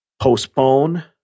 postpone